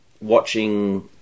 watching